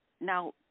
Now